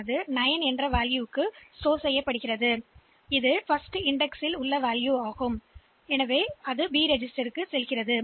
எனவே இந்த B ஐ மதிப்பு 9 க்கு பதிவுசெய்துள்ளோம் ஏனென்றால் முதல் குறியீட்டு எண் 1 முதல் 9 வரை செல்லலாம்